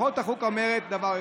מהות החוק אומרת דבר אחד: